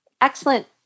excellent